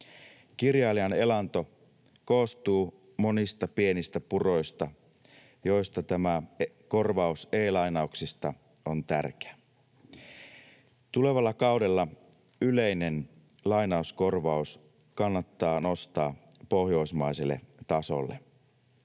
Kirjailijan elanto koostuu monista pienistä puroista, joista tämä korvaus e-lainauksista on tärkeä. Tulevalla kaudella yleinen lainauskorvaus kannattaa nostaa pohjoismaiselle tasolle.